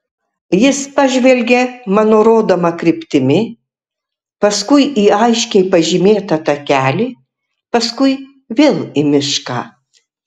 jis pažvelgė mano rodoma kryptimi paskui į aiškiai pažymėtą takelį paskui vėl į mišką